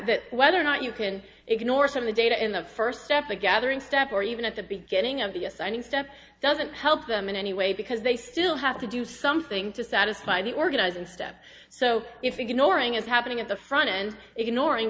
that whether or not you can ignore some of the data in the first step the gathering step or even at the beginning of the assigning steps doesn't help them in any way because they still have to do something to satisfy the organize and stuff so if ignoring is happening at the front end ignoring